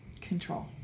Control